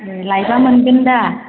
ए लायबा मोनगोन दा